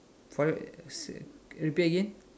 for you uh repeat again